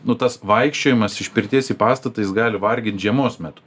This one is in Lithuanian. nu tas vaikščiojimas iš pirties į pastatą jis gali vargint žiemos metu